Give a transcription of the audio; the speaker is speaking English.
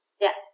Yes